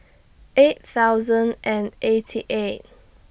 eight thousand and eighty eight